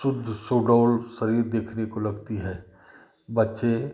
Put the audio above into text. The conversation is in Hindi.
शुद्ध सुडौल शरीर देखने को लगती है बच्चे